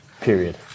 period